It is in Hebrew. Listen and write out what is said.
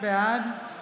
בעד